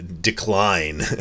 decline